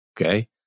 okay